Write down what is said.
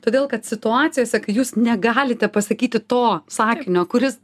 todėl kad situacijose kai jūs negalite pasakyti to sakinio kuris